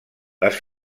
les